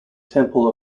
temple